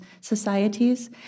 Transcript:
societies